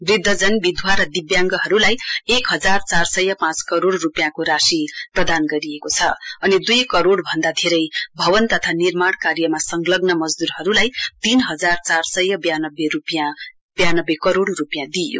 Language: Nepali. वृध्यजन विधुवा र दिब्याङहरूलाई एक हजार चार सय पाँच करोड़ रूपियाँको राशि प्रदान गरिएको छ अनि दुई करोड़ भन्दा धेरै भवन तथा निर्माण कार्यमा संलग्न मजदूरहरूलाई तीन हजार चार सय व्यानब्बे करोइ रूपियाँ दिइओ